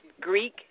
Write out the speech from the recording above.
Greek